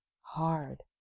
hard